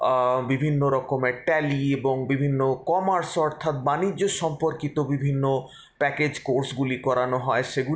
বিভিন্ন রকমের ট্যালি এবং বিভিন্ন কমার্স অর্থাৎ বাণিজ্য সম্পর্কিত বিভিন্ন প্যাকেজ কোর্সগুলি করানো হয়